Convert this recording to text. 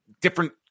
different